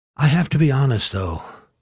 i have to be honest, though,